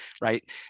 right